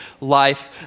life